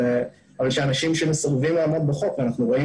אבל שהאנשים שמסרבים לעמוד בחוק ואנחנו רואים